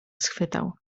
schwytał